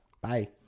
Bye